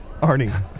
arnie